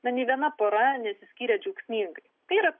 na nė viena pora nesiskyrė džiaugsmingai tai yra